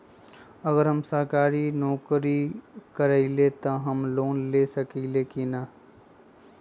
अगर हम सरकारी नौकरी करईले त हम लोन ले सकेली की न?